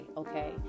okay